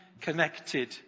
connected